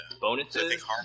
bonuses